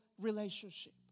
relationship